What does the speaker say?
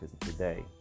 today